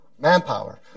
manpower